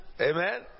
Amen